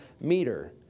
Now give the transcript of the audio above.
meter